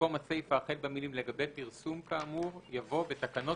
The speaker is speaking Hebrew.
ובמקום הסיפה החל במילים "לגבי פרסום כאמור" יבוא "בתקנות